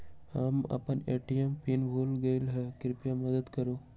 हम अपन ATM PIN भूल गेली ह, कृपया मदत करू